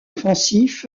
offensif